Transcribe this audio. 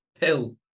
pill